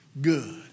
good